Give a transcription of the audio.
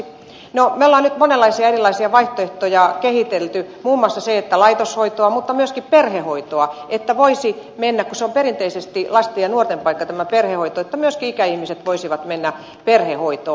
me olemme nyt monenlaisia erilaisia vaihtoehtoja kehitelleet muun muassa laitoshoitoa mutta myöskin perhehoitoa että kun perhehoito on perinteisesti lasten ja nuorten paikka myöskin ikäihmiset voisivat mennä perhehoitoon